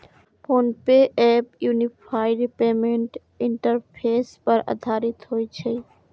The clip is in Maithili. PhonePe app unified payments interface पर आधारित होइ छै